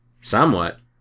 Somewhat